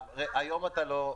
היום אתה לא מגויס.